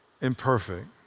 imperfect